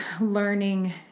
learning